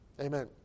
Amen